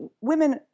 women